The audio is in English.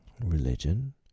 Religion